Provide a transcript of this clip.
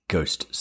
ghost